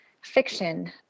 fiction